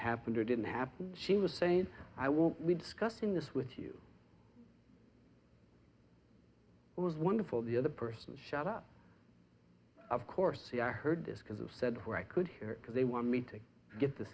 happened or didn't happen she was saying i will be discussing this with you it was wonderful the other person shut up of course see i heard this because of said where i could hear it because they want me to get th